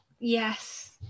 Yes